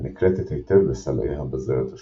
הנקלטת היטב בסלעי הבזלת השחורים.